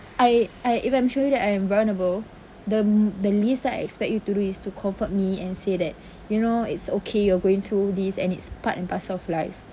I I if I'm showing you that I am vulnerable the the least that I expect you to do is to comfort me and say that you know it's okay you're going through this and it's part and parcel of life